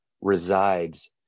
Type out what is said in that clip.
resides